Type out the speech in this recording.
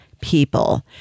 people